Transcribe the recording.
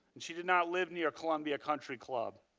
and she did not live near columbia country club.